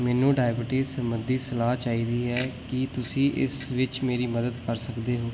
ਮੈਨੂੰ ਡਾਇਬਟੀਜ਼ ਸੰਬੰਧੀ ਸਲਾਹ ਚਾਹੀਦੀ ਹੈ ਕੀ ਤੁਸੀਂ ਇਸ ਵਿੱਚ ਮੇਰੀ ਮਦਦ ਕਰ ਸਕਦੇ ਹੋ